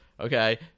Okay